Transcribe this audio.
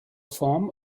form